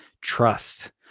trust